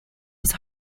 his